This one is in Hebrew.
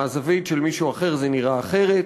ומהזווית של מישהו אחר זה נראה אחרת.